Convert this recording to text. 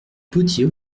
potier